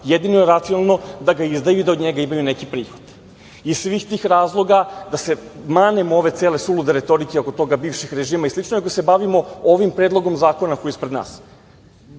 Jedino je racionalno da ga izdaju i da od njega imaju neki prihod. Iz svih tih razloga da se manemo ove cele sulude retorike oko toga, bivših režima i slično, nego da se bavimo ovim predlogom zakona koji je ispred nas.